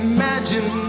Imagine